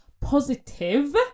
positive